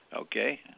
Okay